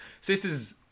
sisters